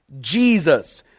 Jesus